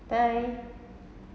bye